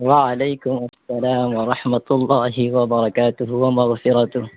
وعلیکم السلام ورحمتہ اللہلہ وبرکاتت ال و وثیرۃ ال